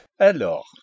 alors